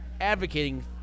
advocating